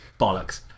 Bollocks